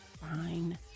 Fine